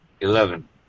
Eleven